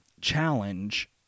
challenge